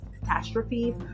catastrophes